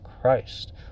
Christ